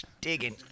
digging